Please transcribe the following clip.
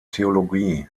theologie